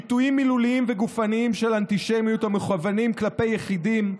ביטויים מילוליים וגופניים של אנטישמיות המכוונים כלפי יחידים,